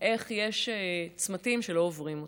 איך יש צמתים שמבינים לא עוברים אותם,